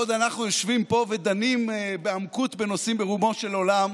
בעוד אנחנו יושבים פה ודנים בעמקות בנושאים ברומו של עולם,